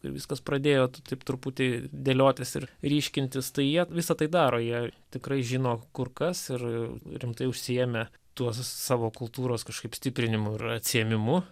ir viskas pradėjo taip truputį dėliotis ir ryškintis tai jie visa tai daro jie tikrai žino kur kas ir rimtai užsiėmę tuo savo kultūros kažkaip stiprinimu ir atsiėmimu